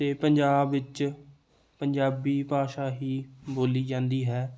ਅਤੇ ਪੰਜਾਬ ਵਿੱਚ ਪੰਜਾਬੀ ਭਾਸ਼ਾ ਹੀ ਬੋਲੀ ਜਾਂਦੀ ਹੈ